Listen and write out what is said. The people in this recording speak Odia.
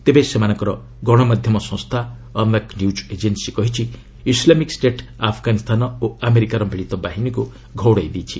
ତେବେ ସେମାନଙ୍କର ଗଣମାଧ୍ୟମ ସଂସ୍ଥା ଆମାକ୍ ନ୍ୟଜ୍ ଏଜେନ୍ନି କହିଛି' ଇସ୍ଲାମିକ ଷ୍ଟେଟ୍ ଆଫଗାନିସ୍ଥାନ ଓ ଆମେରିକାର ମିଳିତ ବାହିନୀକୁ ଘଉଡାଇ ଦେଇଛି